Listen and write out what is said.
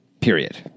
period